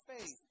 faith